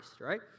Right